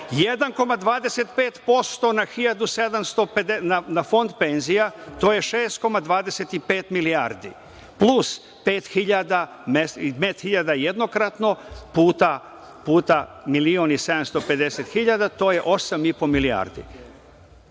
1,25% na fond penzija to je 6,25 milijardi plus 5.000 jednokratno puta milion i 750 hiljada, to je 8,5 milijardi.